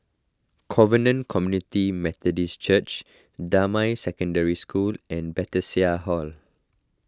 Covenant Community Methodist Church Damai Secondary School and Hall